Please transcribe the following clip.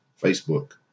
Facebook